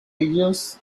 ellos